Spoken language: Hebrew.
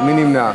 מי נמנע?